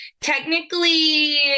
technically